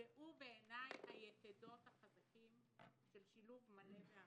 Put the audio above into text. והוא בעיניי היתדות החזקות של שילוב מלא ואמיתי.